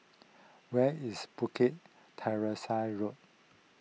where is Bukit Teresa Road